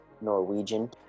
Norwegian